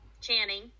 Channing